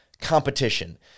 competition